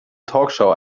talkshow